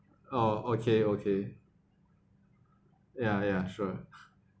oh okay okay ya ya sure